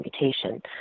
mutation